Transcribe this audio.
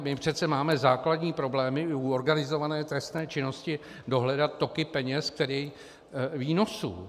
My přece máme základní problémy i u organizované trestné činnosti dohledat toky peněz, tedy výnosů.